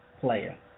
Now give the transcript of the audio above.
player